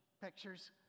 pictures